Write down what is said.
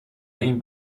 این